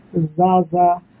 Zaza